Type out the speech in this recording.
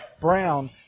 Brown